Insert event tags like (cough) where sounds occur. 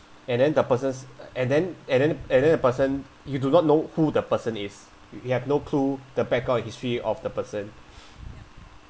and then the person's and then and then and then the person you do not know who the person is you you have no clue the background history of the person (breath)